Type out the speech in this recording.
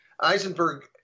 Eisenberg